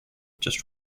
just